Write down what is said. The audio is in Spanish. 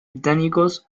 británicos